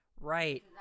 right